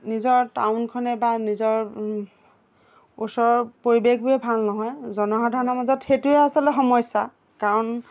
নিজৰ টাউনখনে বা নিজৰ ওচৰৰ পৰিৱেশবোৰে ভাল নহয় জনসাধাৰণৰ মাজত সেইটোৱে আচলতে সমস্যা কাৰণ